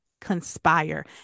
conspire